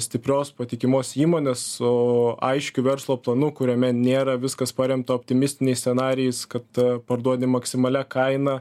stiprios patikimos įmonės su aiškiu verslo planu kuriame nėra viskas paremta optimistiniais scenarijais kad parduodi maksimalia kaina